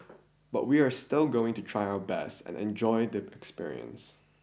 but we're still going to try our best and enjoy the experience